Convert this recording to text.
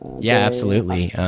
yeah, absolutely.